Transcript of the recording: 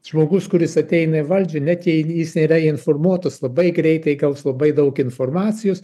žmogus kuris ateina į valdžią net jei jis nėra informuotas labai greitai gaus labai daug informacijos